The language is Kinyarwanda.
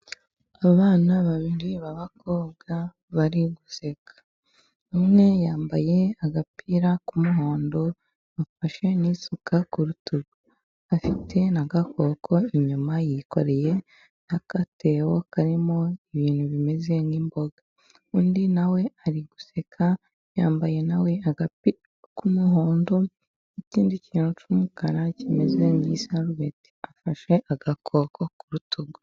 Abana babiri b'abakobwa bari guseka， umwe yambaye agapira k'umuhondo， afashe n'isuka ku rutugu， afite agakoko inyuma，yikoreye n'akatebo karimo ibintu bimeze nk'imboga， undi nawe ari guseka， yambaye nawe agapira k'umuhondo， n’ikindi kintu cy'umukara kimeze nk'isarubeti，afashe agakoko ku rutugu.